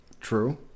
True